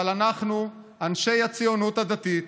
אבל אנחנו, אנשי הציונות הדתית,